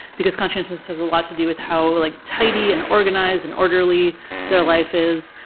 because conscientiousness has a lot to do with how like tidy and organized and orderly their life is,